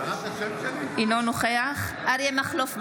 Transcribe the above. אינו נוכח אריה מכלוף דרעי,